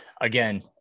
again